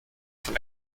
von